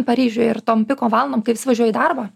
paryžiuje ir tom piko valandom kai visi važiuoja į darbą